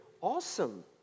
awesome